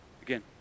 Again